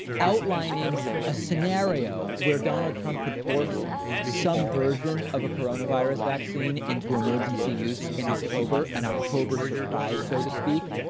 outlining a scenario where donald trump could force some version of a corona virus vaccine into emergency use in october, an october surprise, so to speak,